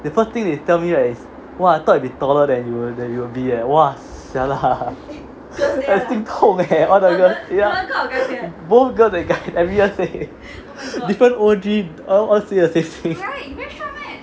the first thing they tell me right is !wah! I thought you were taller than you will be leh !wah! !siala! I 心痛 eh all the girls ya both girls and guy every year say different O_G all say the same thing